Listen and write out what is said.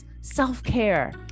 self-care